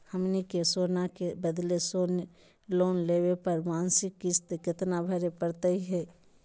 हमनी के सोना के बदले लोन लेवे पर मासिक किस्त केतना भरै परतही हे?